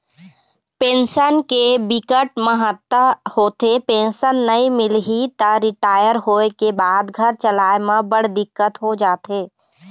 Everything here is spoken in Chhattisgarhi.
पेंसन के बिकट महत्ता होथे, पेंसन नइ मिलही त रिटायर होए के बाद घर चलाए म बड़ दिक्कत हो जाथे